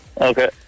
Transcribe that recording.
Okay